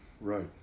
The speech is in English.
right